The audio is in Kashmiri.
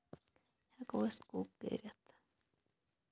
ہٮ۪کو أسۍ کُک کٔرِتھ